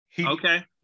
Okay